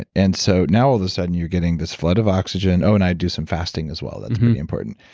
ah and so now all of a sudden, you're getting this flood of oxygen. oh, and i'd do some fasting as well. that's pretty important.